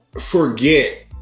forget